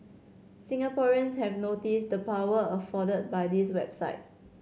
Singaporeans have noticed the power afforded by this website